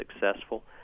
successful